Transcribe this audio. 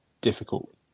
difficult